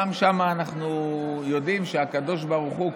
גם שם אנחנו יודעים שהקדוש ברוך הוא,